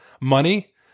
money